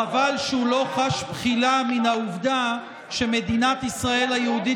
חבל שהוא לא חש בחילה מן העובדה שמדינת ישראל היהודית